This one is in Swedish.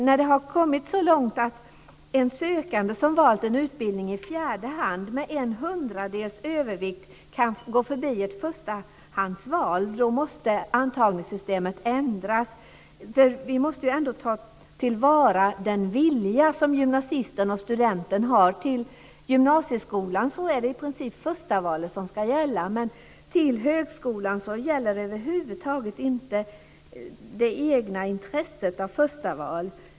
När det har gått så långt att en sökande som valt en utbildning i fjärde hand med en hundradels övervikt kan gå förbi ett förstahandsval måste antagningssystemet ändras. Vi måste ju ändå ta till vara den vilja gymnasisten och studenten har. Till gymnasieskolan är det i princip förstahandsvalet som ska gälla. Men till högskolan gäller över huvud taget inte det egna intresset av förstahandsvalet.